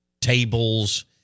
tables